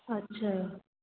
अच्छा